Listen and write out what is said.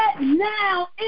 now